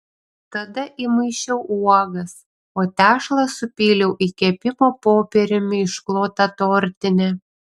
tada įmaišiau uogas o tešlą supyliau į kepimo popieriumi išklotą tortinę